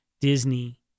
Disney